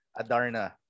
Adarna